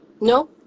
No